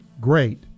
great